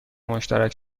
مشترک